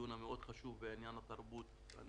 המאוד חשוב בעניין התרבות.